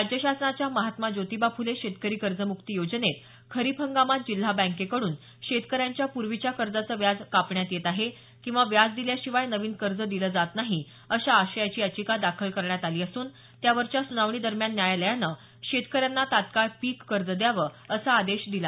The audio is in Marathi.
राज्य शासनाच्या महात्मा ज्योतिबा फुले शेतकरी कर्जमुक्ती योजनेत खरीप हंगामात जिल्हा बॅकेकडून शेतरकऱ्यांच्या पूर्वीच्या कर्जाचं व्याज कापण्यात येत आहे किंवा व्याज दिल्याशिवाय नवीन कर्ज दिले जात नाही अशा आशयाची यांचिका दाखल करण्यात आली असून त्यावरच्या सुनावणी दरम्यान न्यायालयान शेतकऱ्यांना तात्काळ पीज कर्ज द्यावे असा आदेश दिला